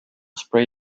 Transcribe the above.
spray